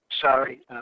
sorry